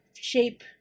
shape